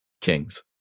Kings